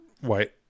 white